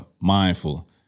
Mindful